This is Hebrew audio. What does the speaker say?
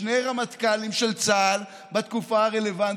שני רמטכ"לים של צה"ל בתקופה הרלוונטית,